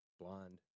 Blonde